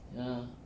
ya